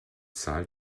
zahl